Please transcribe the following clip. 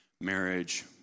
marriage